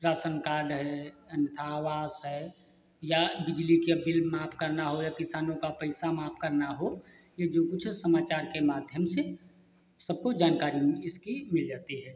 ration card है अन्यथा आवास है या बिजली के बिल माफ करना हो या किसानों का पैसा माफ करना हो यह जो कुछ है समाचार के माध्यम से सबको जानकारी इसकी मिल जाती है